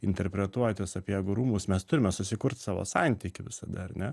interpretuoti sapiegų rūmus mes turime susikurt savo santykį visada ar ne